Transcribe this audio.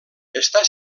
està